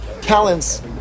talents